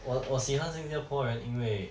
我我喜欢新加坡人因为